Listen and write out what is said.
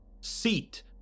seat